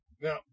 Now